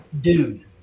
Dune